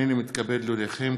הנני מתכבד להודיעכם,